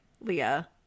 Leah